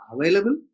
available